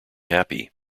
happy